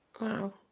wow